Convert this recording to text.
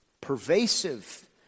pervasive